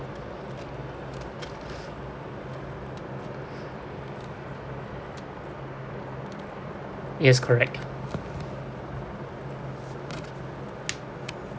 yes correct